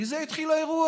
מזה התחיל האירוע.